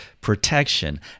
protection